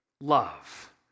love